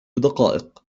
دقائق